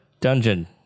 dungeon